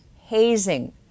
hazing